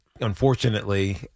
unfortunately